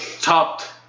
topped